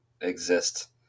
exist